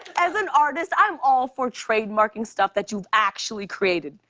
as an artist, i'm all for trademarking stuff that you've actually created,